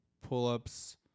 pull-ups